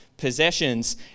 possessions